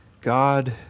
God